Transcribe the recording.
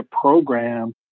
program